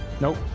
Nope